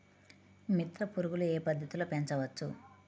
మిత్ర పురుగులు ఏ పద్దతిలో పెంచవచ్చు?